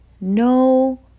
no